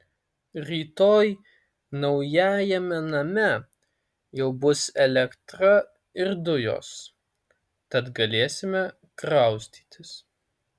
rytoj naujajame name jau bus elektra ir dujos tad galėsime kraustytis